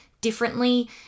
differently